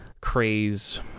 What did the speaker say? craze